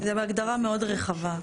זה בהגדרה מאוד רחבה.